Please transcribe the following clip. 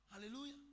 hallelujah